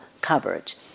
coverage